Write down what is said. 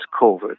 COVID